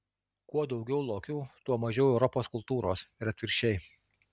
kuo daugiau lokių tuo mažiau europos kultūros ir atvirkščiai